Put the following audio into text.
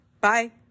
Bye